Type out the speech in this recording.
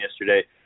yesterday